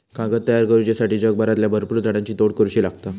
कागद तयार करुच्यासाठी जगभरातल्या भरपुर झाडांची तोड करुची लागता